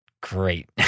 great